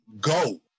go